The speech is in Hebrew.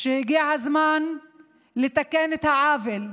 הגיע הזמן לתקן את העוול,